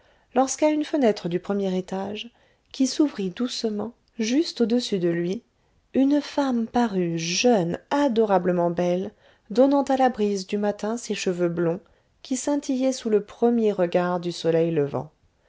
drossée lorsqu'à une fenêtre du premier étage qui s'ouvrit doucement juste au-dessus de lui une femme parut jeune adorablement belle donnant à la brise du matin ses cheveux blonds qui scintillaient sous le premier regard du soleil levant